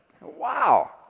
Wow